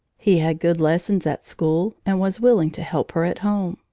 he had good lessons at school and was willing to help her at home.